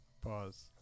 Pause